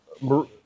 Marine